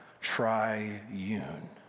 triune